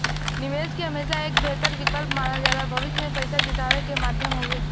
निवेश के हमेशा एक बेहतर विकल्प मानल जाला भविष्य में पैसा जुटावे क माध्यम हउवे